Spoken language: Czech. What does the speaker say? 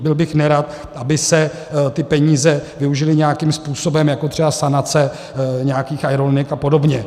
Byl bych nerad, aby se ty peníze využily nějakým způsobem jako třeba sanace nějakých aerolinek apod.